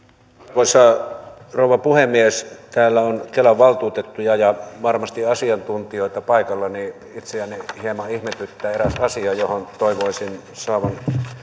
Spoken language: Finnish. arvoisa rouva puhemies täällä on kelan valtuutettuja ja varmasti asiantuntijoita paikalla ja itseäni hieman ihmetyttää eräs asia johon toivoisin saavani